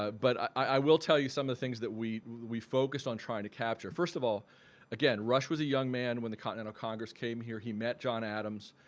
but i will tell you some of the things that we we focused on trying to capture. first of all again rush was a young man when the continental congress came here. he met john adams.